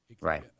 Right